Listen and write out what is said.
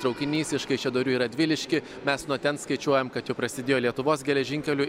traukinys iš kaišiadorių į radviliškį mes nuo ten skaičiuojam kad jau prasidėjo lietuvos geležinkelių